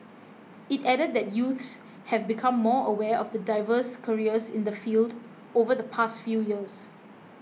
it added that youths have become more aware of the diverse careers in the field over the past few years